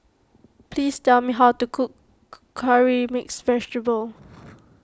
please tell me how to cook Curry Mixed Vegetable